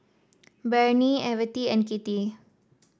Bernie Evette and Kitty